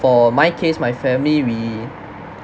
for my case my family we